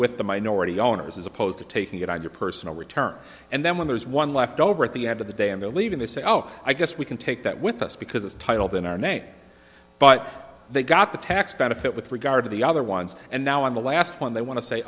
with the minority owners as opposed to taking it on your personal return and then when there's one left over at the end of the day in believing they say oh i guess we can take that with us because it's titled in our name but they got the tax benefit with regard to the other ones and now in the last one they want to say